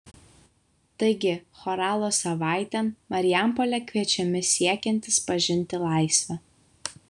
taigi choralo savaitėn marijampolėje kviečiami siekiantys pažinti laisvę